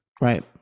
Right